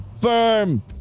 firm